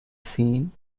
scene